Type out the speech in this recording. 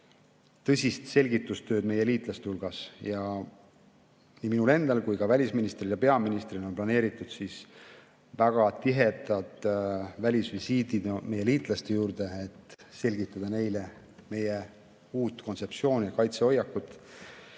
tõsist selgitustööd meie liitlaste hulgas. Nii minul endal kui ka välisministril ja peaministril on planeeritud väga tihedad välisvisiidid meie liitlaste juurde, et selgitada neile meie uut kontseptsiooni ja kaitsehoiakut.